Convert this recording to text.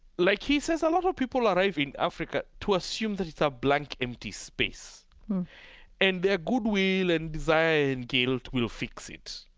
like he says, a lot of people arrive in africa to assume that it's a blank empty space and their goodwill and desire and guilt will fix it.